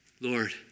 Lord